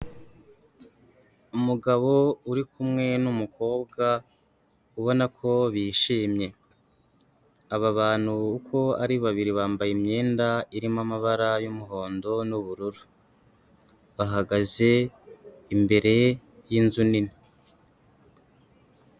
Umugabo uri kumwe n'umukobwa ubona ko bishimye, aba bantu uko ari babiri bambaye imyenda irimo amabara y'umuhondo n'ubururu, bahagaze imbere y'inzu nini.